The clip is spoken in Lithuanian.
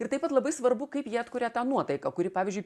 ir taip pat labai svarbu kaip jie atkuria tą nuotaiką kuri pavyzdžiui